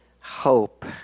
hope